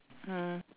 mm